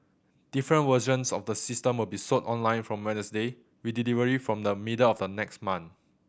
different versions of the system will be sold online from Wednesday with delivery from the middle of next month